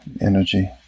energy